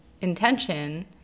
intention